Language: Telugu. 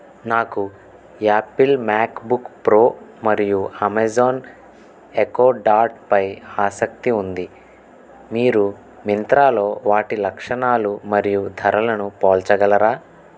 నాకు యాపిల్ మ్యాక్బుక్ ప్రో మరియు అమేజాన్ ఎకో డాట్పై ఆసక్తి ఉంది మీరు మింత్రాలో వాటి లక్షణాలు మరియు ధరలను పోల్చగలరా